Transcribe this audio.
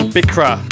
Bikra